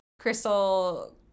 Crystal